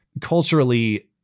culturally